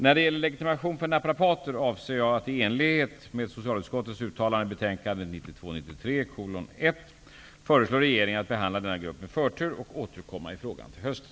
När det gäller legitimation för naprapater avser jag att i enlighet med socialutskottets uttalande i betänkandet 1992/93:SoU1 föreslå regeringen att behandla denna grupp med förtur och återkomma i frågan till hösten.